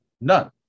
None